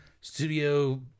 Studio